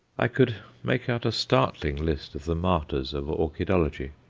i could make out a startling list of the martyrs of orchidology.